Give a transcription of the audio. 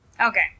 Okay